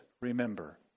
remember